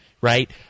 Right